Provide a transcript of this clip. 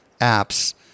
apps